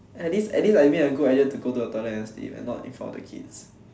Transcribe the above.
at least at least I made a good idea to go to the toilet to sleep and not in front of the kids